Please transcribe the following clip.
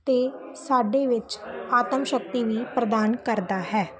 ਅਤੇ ਸਾਡੇ ਵਿੱਚ ਆਤਮ ਸ਼ਕਤੀ ਵੀ ਪ੍ਰਦਾਨ ਕਰਦਾ ਹੈ